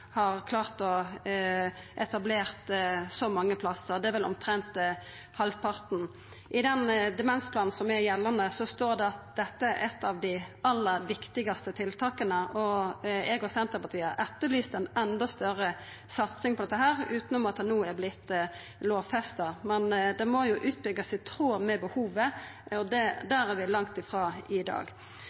har klart å etablera så mange plassar, det er vel omtrent halvparten. I den demensplanen som er gjeldande, står det at dette er eit av dei aller viktigaste tiltaka. Eg og Senterpartiet har etterlyst ei enda større satsing på dette, utanom at det no har vorte lovfesta. Men det må jo byggjast ut i tråd med behovet, og der er vi langt ifrå i dag.